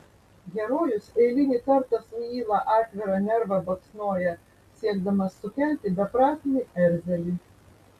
herojus eilinį kartą su yla atvirą nervą baksnoja siekdamas sukelti beprasmį erzelį